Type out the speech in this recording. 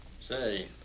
Say